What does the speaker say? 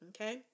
Okay